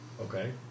Okay